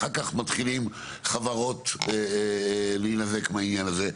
ואחר כך מתחילים להינזק מהעניין הזה.